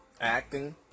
Acting